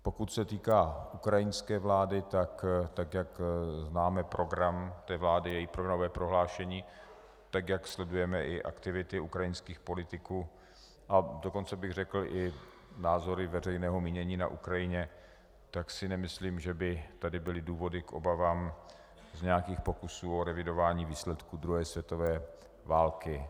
Pokud se týká ukrajinské vlády, tak jak máme program té vlády, její programové prohlášení, tak jak sledujeme i aktivity ukrajinských politiků, a dokonce bych řekl i názory veřejného mínění na Ukrajině, tak si nemyslím, že by tady byly důvody k obavám z nějakých pokusů o revidování výsledků druhé světové války.